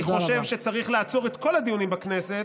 ולכן אני חושב שצריך לעצור את כל הדיונים בכנסת